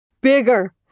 bigger